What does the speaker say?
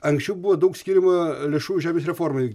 anksčiau buvo daug skiriama lėšų žemės reformai